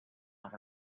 out